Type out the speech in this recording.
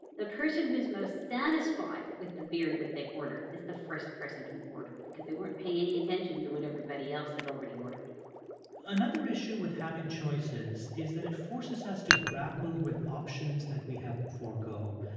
the person who is most satisfied with the beer that they ordered is the first person who ordered because they weren't paying any attention to what everybody else had already ordered another issue with having choices is that it forces us to grapple with options that we have to forego.